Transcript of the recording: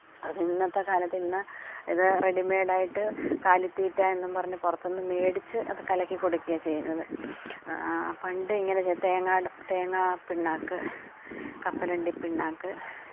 അത് ഇന്നത്തെ കാലത്ത് ഇന്ന് ഇത് റെഡിമെയ്ഡായിട്ട് കാലിത്തീറ്റ എന്നും പറഞ്ഞ് പുറത്തുനിന്നു മേടിച്ച് അത് കലക്കി കൊടുക്കുകയാണു ചെയ്യുന്നത് പണ്ട് ഇങ്ങനെ ചെ തേങ്ങ തേങ്ങാപ്പിണ്ണാക്ക് കപ്പലണ്ടി പിണ്ണാക്ക്